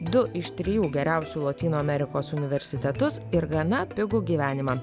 du iš trijų geriausių lotynų amerikos universitetus ir gana pigų gyvenimą